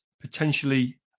potentially